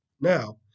Now